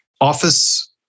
Office